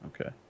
Okay